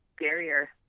barrier